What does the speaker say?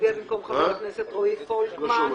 יצביע במקום חבר הכנסת רועי פולקמן.